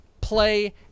play